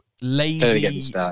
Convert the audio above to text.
lazy